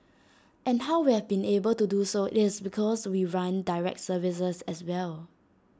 and how we have been able to do so IT is because we run direct services as well